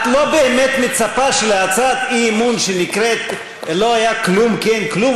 את לא באמת מצפה שלהצעת אי-אמון שנקראת: לא היה כלום כי אין כלום,